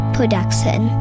Production